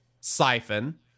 Siphon